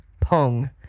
Pong